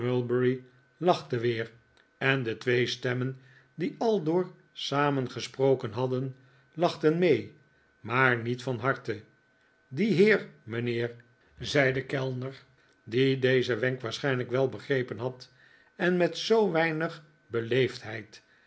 mulberry lachte weer en de twee stemmen die aldoor samen gesproken hadden lachten mee maar niet van harte die heer mijnheer zei de kellner die dezen wenk waarschijnlijk wel begrepen had en met zoo weinig